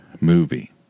movie